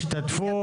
השתתפו,